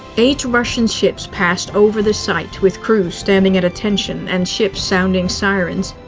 eight russian ships passed over the site with crews standing at attention and ships sounding sirens.